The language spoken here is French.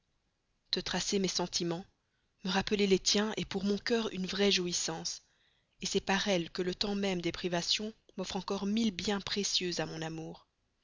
te retracer mes sentiments me rappeler les tiens est pour mon cœur une vraie jouissance c'est par elle que le temps même des privations m'offre encore mille biens précieux à mon amour